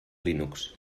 linux